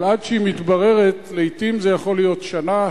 אבל עד שהיא מתבררת לעתים זה יכול להיות שנה-שנתיים,